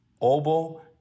oboe